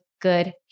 Good